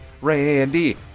Randy